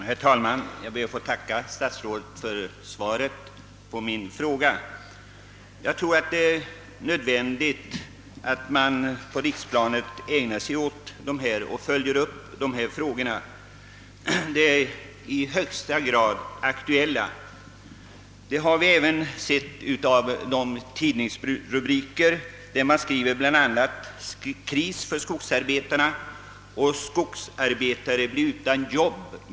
Herr talman! Jag ber att få tacka statsrådet för svaret på min fråga. Jag tror att det är nödvändigt att man på riksplanet följer upp dessa frågor. De är i högsta grad aktuella; det har vi även sett av de tidningsrubriker sådana som »Kris för skogsarbetarna» och »Skogsarbetare blir utan jobb».